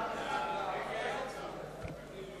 הצעת סיעת קדימה